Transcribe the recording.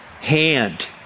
hand